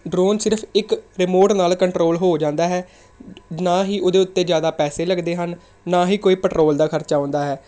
drone ਸਿਰਫ਼ ਇੱਕ remote ਨਾਲ ਕੰਟਰੋਲ ਹੋ ਜਾਂਦਾ ਹੈ ਨਾ ਹੀ ਉਹਦੇ ਉੱਤੇ ਜ਼ਿਆਦਾ ਪੈਸੇ ਲੱਗਦੇ ਹਨ ਨਾ ਹੀ ਕੋਈ ਪੈਟਰੋਲ ਦਾ ਖਰਚਾ ਆਉਂਦਾ ਹੈ